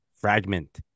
fragment